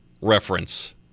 Reference